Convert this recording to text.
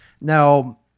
Now